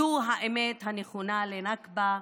זו האמת הנכונה לנכבה,